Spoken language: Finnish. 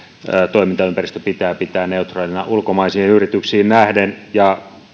toimintaympäristö pitää pitää neutraalina ulkomaisiin yrityksiin nähden ja